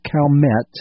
Calmet